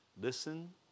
Listen